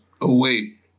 away